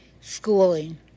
schooling